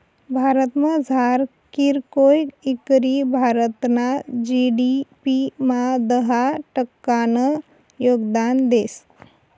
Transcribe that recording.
भारतमझार कीरकोय इकरी भारतना जी.डी.पी मा दहा टक्कानं योगदान देस